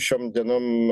šiom dienom